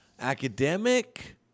academic